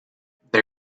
they